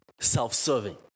self-serving